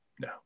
No